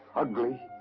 ugly?